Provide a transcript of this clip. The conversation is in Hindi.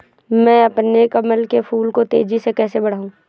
मैं अपने कमल के फूल को तेजी से कैसे बढाऊं?